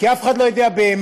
כי אף אחד לא יודע באמת.